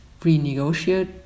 renegotiate